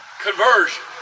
Conversion